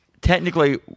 technically